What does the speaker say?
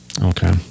Okay